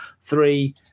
three